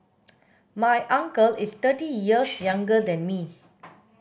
my uncle is thirty years younger than me